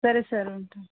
సరే సార్ ఉంటాను